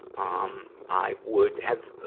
um i would have